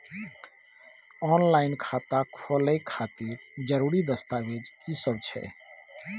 Online खाता खोले खातिर जरुरी दस्तावेज की सब छै?